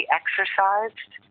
exercised